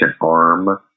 arm